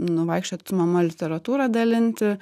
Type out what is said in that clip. nu vaikščiot su mama literatūrą dalinti